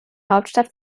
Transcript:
hauptstadt